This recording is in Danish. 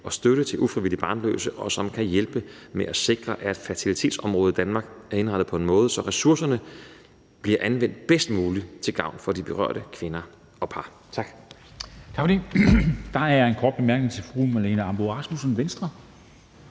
og støtte til ufrivilligt barnløse, og som kan hjælpe med at sikre, at fertilitetsområdet i Danmark er indrettet på en måde, så ressourcerne bliver anvendt bedst muligt til gavn for de berørte kvinder og par. Tak. Kl. 13:07 Formanden (Henrik Dam Kristensen): Tak for det. Der er en kort bemærkning. Fru Marlene Ambo-Rasmussen, Venstre.